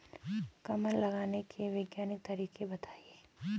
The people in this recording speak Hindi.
कमल लगाने के वैज्ञानिक तरीके बताएं?